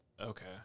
Okay